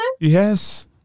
Yes